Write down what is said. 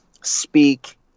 speak